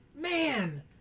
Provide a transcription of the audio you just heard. Man